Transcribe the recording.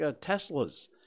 Tesla's